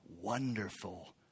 wonderful